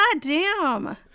Goddamn